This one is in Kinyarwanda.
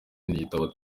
ntiyitaba